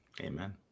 Amen